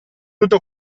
tutto